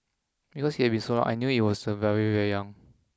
because it had been so long and I knew it when I was very very young